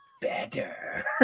better